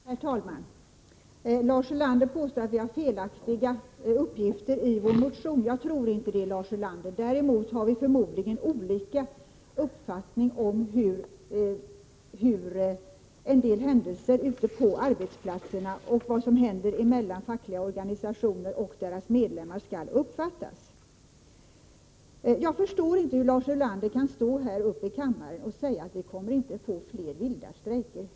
Herr talman! Lars Ulander påstår att vi har felaktiga uppgifter i vår motion. Jag tror inte det, Lars Ulander. Däremot har vi förmodligen olika uppfattning om hur en del händelser ute på arbetsplatserna och vad som händer mellan fackliga organisationer och deras medlemmar skall uppfattas. Jag förstår inte hur Lars Ulander kan stå här i kammaren och säga att vi inte kommer att få fler vilda strejker.